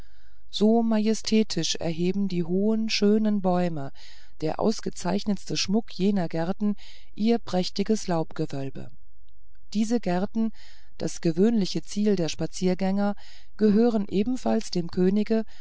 so majestätisch erheben die hohen schönen bäume der ausgezeichnetste schmuck jener gärten ihr prächtiges laubgewölbe diese gärten das gewöhnliche ziel der spaziergänger gehören ebenfalls dem könige